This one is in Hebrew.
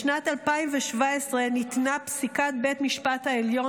בשנת 2017 ניתנה פסיקת בית המשפט העליון